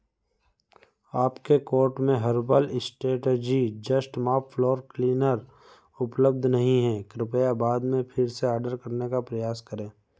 आपके कोर्ट में herbal strategy just mop floor cleaner उपलब्ध नहीं है कृपया बाद में फिर से ऑर्डर करने का प्रयास करें